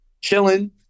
chilling